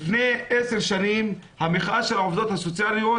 לפני 10 שנים המחאה של העובדות הסוציאליות